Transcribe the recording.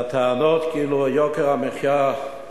והטענה כאילו יוקר המחיה הוא